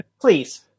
please